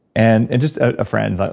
and and just a friend.